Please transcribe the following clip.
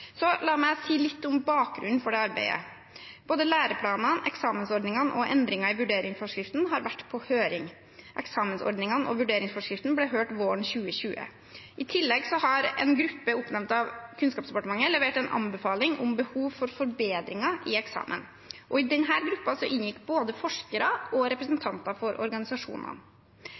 La meg si litt om bakgrunnen for dette arbeidet. Både læreplanene, eksamensordningene og endringer i vurderingsforskriften har vært på høring. Eksamensordningene og vurderingsforskriften ble hørt våren 2020. I tillegg har en gruppe oppnevnt av Kunnskapsdepartementet levert en anbefaling om behov for forbedringer i eksamen. I denne gruppen inngikk både forskere og representanter for organisasjonene.